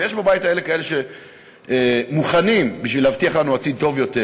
ויש בבית הזה כאלה שמוכנים בשביל להבטיח לנו עתיד טוב יותר,